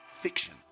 fiction